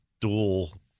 dual